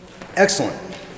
Excellent